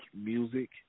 Music